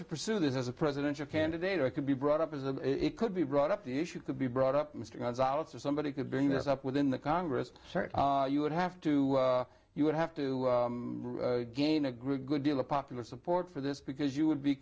to pursue this as a presidential candidate or it could be brought up as a it could be brought up the issue could be brought up mr gonzales or somebody could bring this up within the congress certainly you would have to you would have to gain a group good deal of popular support for this because you would be